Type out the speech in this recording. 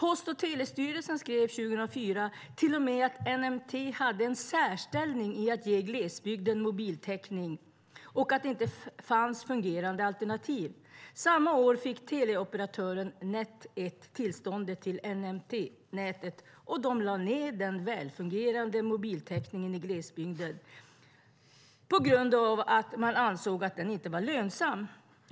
Post och telestyrelsen skrev 2004 till och med att NMT hade en särställning i att ge glesbygden mobiltäckning och att det inte fanns fungerande alternativ. Samma år fick teleoperatören Net 1 tillståndet till NMT-nätet. De lade ned den välfungerande mobiltäckningen i glesbygden på grund av att de ansåg att den inte var lönsam.